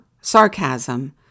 sarcasm